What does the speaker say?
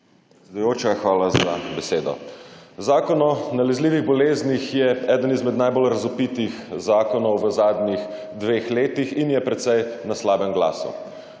Predsedujoča, hvala za dano besedo. Zakon o nalezljivih boleznih je eden izmed najbolj razvpitih zakonov v zadnjih dveh letih in je precej na slabem glasu.